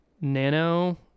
Nano